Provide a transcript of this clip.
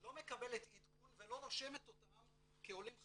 לא מקבלת עדכון ולא רושמת אותם כעולים חדשים,